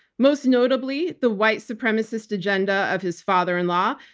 most notably the white supremacist agenda of his father-in-law,